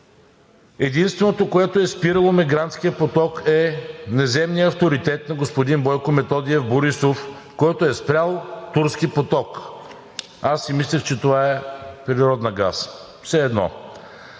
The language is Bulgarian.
Единственото, което е спирало мигрантския поток е неземният авторитет на господин Бойко Методиев Борисов, който е спрял „Турски поток“. Мислех си, че това е природна газ. Все едно.